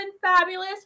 fabulous